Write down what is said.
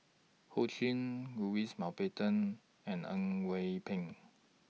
Ho Ching Louis Mountbatten and Au Pak